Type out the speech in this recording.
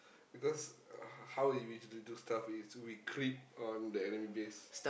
because uh how we we to do stuff is we creep on the enemy base